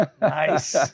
nice